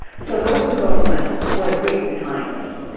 so local government was really behind it.